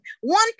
one